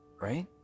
right